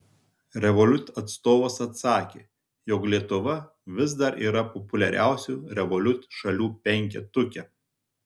revolut atstovas atsakė jog lietuva vis dar yra populiariausių revolut šalių penketuke